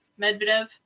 Medvedev